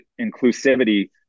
inclusivity